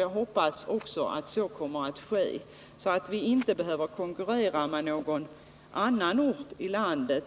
Jag hoppas också att så kommer att ske, så att vi inte behöver konkurrera med någon annan ort i landet —